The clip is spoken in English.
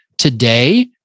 Today